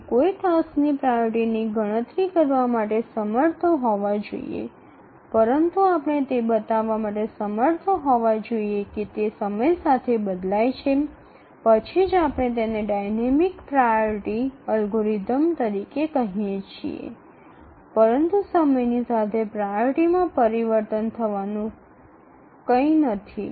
આપણે કોઈ ટાસ્કની પ્રાઓરિટીની ગણતરી કરવા માટે સમર્થ હોવા જોઈએ પરંતુ આપણે તે બતાવવા માટે સમર્થ હોવા જોઈએ કે તે સમય સાથે બદલાય છે પછી જ આપણે તેને ડાયનેમિક પ્રાયોરિટી અલ્ગોરિધમ તરીકે કહી શકીએ છીએ પરંતુ સમયની સાથે પ્રાઓરિટીમાં પરિવર્તન થવાનું કંઈ નથી